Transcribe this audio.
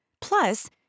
Plus